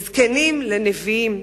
וזקנים לנביאים,